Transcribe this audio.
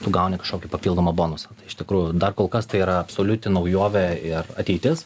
tu gauni kažkokį papildomą bonusą iš tikrųjų dar kol kas tai yra absoliuti naujovė ir ateitis